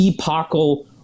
epochal